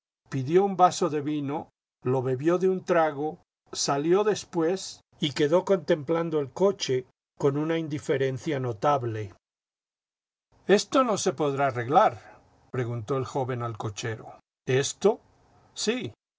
pidió un vaso de vino lo bebió de un trago salió después y quedó contemplando el coche con una indiferencia notable esto no se podrá arreglar preguntó el joven al cochero esto sí